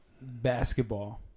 Basketball